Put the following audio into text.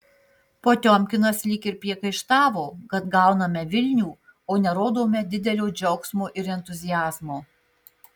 potiomkinas lyg ir priekaištavo kad gauname vilnių o nerodome didelio džiaugsmo ir entuziazmo